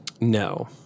No